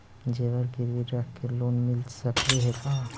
जेबर गिरबी रख के लोन मिल सकले हे का?